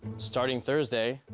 starting thursday,